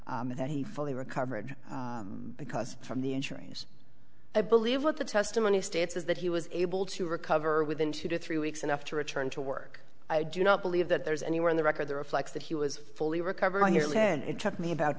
testify that he fully recovered because from the injuries i believe what the testimony states is that he was able to recover within two to three weeks enough to return to work i do not believe that there's anywhere in the record the reflects that he was fully recovered on your head it took me about